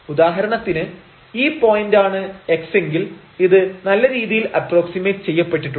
ഉദാഹരണത്തിന് ഈ പോയിന്റ് ആണ് x എങ്കിൽ ഇത് നല്ല രീതിയിൽ അപ്പ്രോക്സിമെറ്റ് ചെയ്യപ്പെട്ടിട്ടുണ്ട്